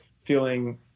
feeling